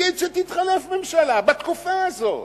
נגיד שתתחלף ממשלה בתקופה הזאת